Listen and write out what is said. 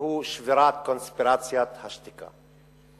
והוא שבירת קונספירציית השתיקה.